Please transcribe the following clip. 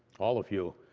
all of you,